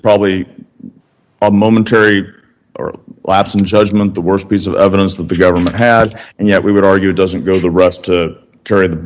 probably a momentary lapse in judgment the worst piece of evidence that the government had and yet we would argue doesn't go the rest to carry the